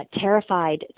terrified